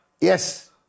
Yes